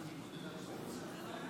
הצבעה: